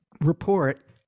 report